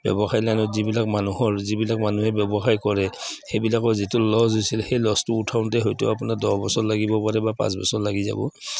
ব্যৱসায় লাইনত যিবিলাক মানুহৰ যিবিলাক মানুহে ব্যৱসায় কৰে সেইবিলাকৰ যিটো লছ হৈছিল সেই লছটো উঠাওঁতে হয়তো আপোনাৰ দহ বছৰ লাগিব পাৰে বা পাঁচ বছৰ লাগি যাব